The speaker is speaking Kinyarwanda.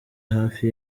hafi